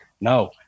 no